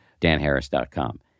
danharris.com